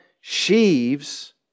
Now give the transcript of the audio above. sheaves